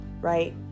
right